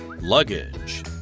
luggage